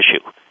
issue